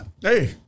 Hey